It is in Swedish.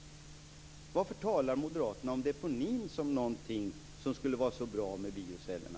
Varför talar Moderaterna om deponin som någonting som skulle vara så bra med biocellerna?